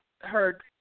heard